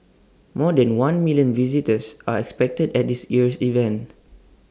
more than one million visitors are expected at this year's event